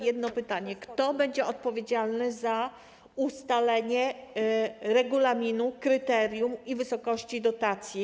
Jedno pytanie: Kto będzie odpowiedzialny za ustalenie regulaminu, kryterium i wysokości dotacji?